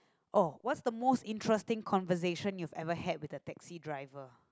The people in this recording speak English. oh what's the most interesting conversation you've ever had with a taxi driver